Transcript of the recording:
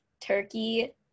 Turkey